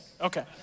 Okay